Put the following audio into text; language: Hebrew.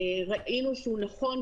ראינו שהוא נכון,